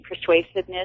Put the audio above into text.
persuasiveness